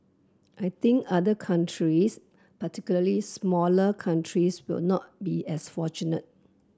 I think other countries particularly smaller countries will not be as fortunate